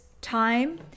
time